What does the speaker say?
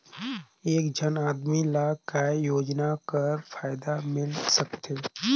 एक झन आदमी ला काय योजना कर फायदा मिल सकथे?